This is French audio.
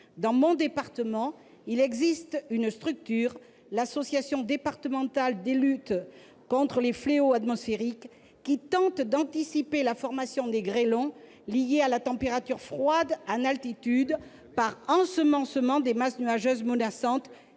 Dans mon département, il existe une structure, l'Association départementale d'études et de lutte contre les fléaux atmosphériques, qui tente d'anticiper la formation des grêlons liés à la température froide en altitude par ensemencement des masses nuageuses menaçantes,